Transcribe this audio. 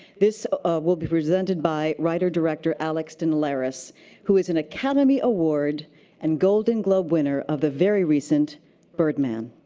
this will be presented by writer-director alex dinelaris who is an academy award and golden globe winner of the very recent birdman.